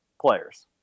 players